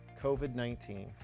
COVID-19